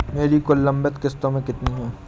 मेरी कुल लंबित किश्तों कितनी हैं?